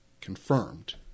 confirmed